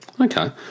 Okay